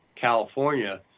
California